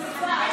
איזה מספר?